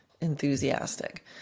enthusiastic